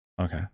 Okay